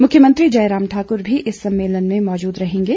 मुख्यमंत्री जयराम ठाकुर भी इस सम्मेलन में मौजूद रहेंगे